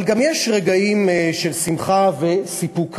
אבל גם יש רגעים של שמחה וסיפוק רב,